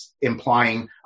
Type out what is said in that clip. implying